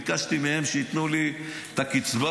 ביקשתי מהם שייתנו לי את הקצבה,